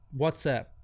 WhatsApp